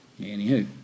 anywho